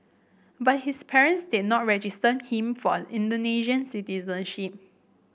but his parents did not register him for Indonesian citizenship